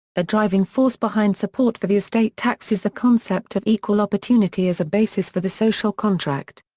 a driving force behind support for the estate tax is the concept of equal opportunity as a basis for the social contract.